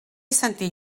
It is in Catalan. sentit